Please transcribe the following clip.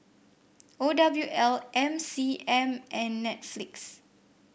O W L M C M and Netflix